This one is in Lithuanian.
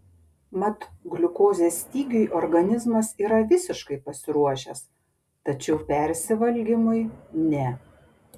mat gliukozės stygiui organizmas yra visiškai pasiruošęs tačiau persivalgymui ne